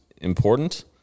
important